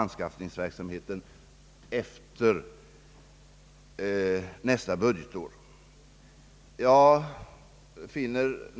Herr Eliasson i Sundborn tog upp frågan om Viggen.